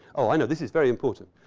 oh, i know. this is very important.